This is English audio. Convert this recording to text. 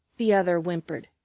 the other whimpered,